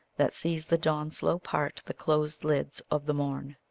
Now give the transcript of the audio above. that sees the dawn slow part the closed lids of the morn.